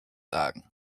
sagen